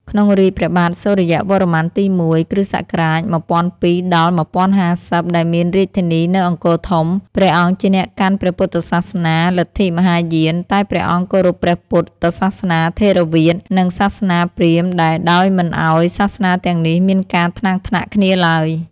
ក្នុងរាជ្យព្រះបាទសូរ្យវរ្ម័នទី១ (គ.ស ១០០២-១០៥០) ដែលមានរាជធានីនៅ អង្គរធំ ព្រះអង្គជាអ្នកកាន់ព្រះពុទ្ធសាសនាលទ្ធិមហាយាន តែព្រះអង្គគោរពព្រះពុទ្ធ សាសនាថេរវាទ និងសាសនាព្រាហ្មណ៍ដែរ ដោយមិនឱ្យសាសនាទាំងនេះមានការថ្នាំងថ្នាក់គ្នាឡើយ ។